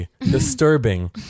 disturbing